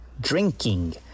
drinking